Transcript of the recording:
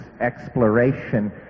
exploration